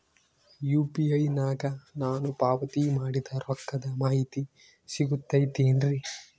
UPI ನಾಗ ನಾನು ಪಾವತಿ ಮಾಡಿದ ರೊಕ್ಕದ ಮಾಹಿತಿ ಸಿಗುತೈತೇನ್ರಿ?